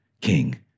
king